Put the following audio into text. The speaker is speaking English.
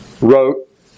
wrote